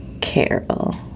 Carol